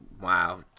Wow